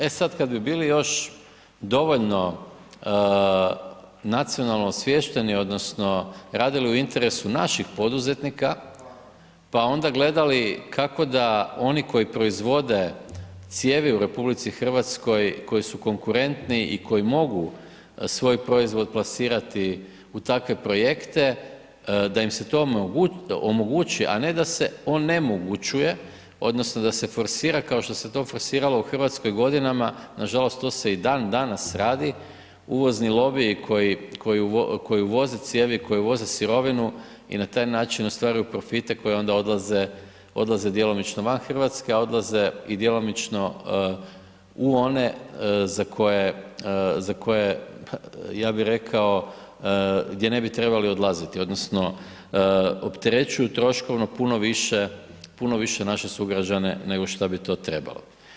E sad kad bi bili još dovoljno nacionalno osviješteni odnosno radili u interesu naših poduzetnika, pa onda gledali kako da oni koji proizvode cijevi u RH, koji su konkurentni i koji mogu svoj proizvod plasirati u takve projekte, da im se to omogući, a ne da se onemogućuje odnosno da se forsira, kao što se to forsiralo u RH godinama, nažalost, to se i dan danas radi, uvozni lobiji koji uvoze cijevi, koji uvoze sirovinu i na taj način ostvaruju profite koji onda odlaze djelomično van RH, a odlaze i djelomično u one za koje, ja bi rekao, gdje ne bi trebali odlaziti odnosno opterećuju troškovno puno više naše sugrađane nego šta bi to trebalo.